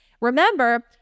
Remember